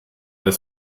das